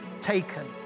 taken